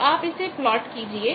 तो आप इसे प्लॉट कीजिए